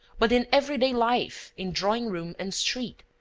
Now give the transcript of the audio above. but in every-day life in drawing-room and street.